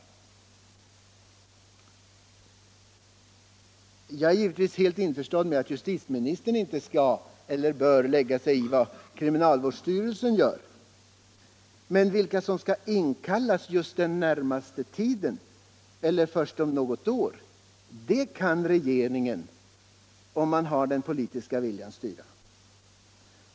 vapenvägrare, Jag är givetvis helt införstådd med att justitieministern inte skall eller m.m. bör lägga sig i vad kriminalvårdsstyrelsen gör, men vilka som skall in kallas just den närmaste tiden eller först om något år kan regeringen, om den har den politiska viljan, styra.